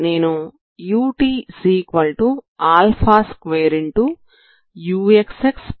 ఇది two dimensional ఉష్ణ సమీకరణం